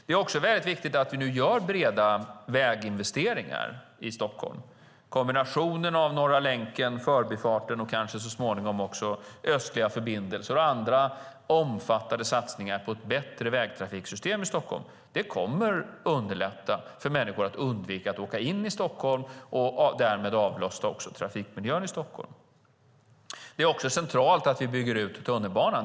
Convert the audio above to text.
Det är också viktigt att vi nu gör breda väginvesteringar i Stockholm. Kombinationen av Norra länken, Förbifart Stockholm och kanske så småningom östliga förbindelser och andra omfattande satsningar på ett bättre vägtrafiksystem i Stockholm kommer att underlätta för människor att undvika att åka in i Stockholm och därmed också avlasta trafikmiljön i Stockholm. Det är också centralt att vi bygger ut tunnelbanan.